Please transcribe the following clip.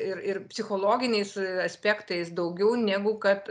ir ir psichologiniais aspektais daugiau negu kad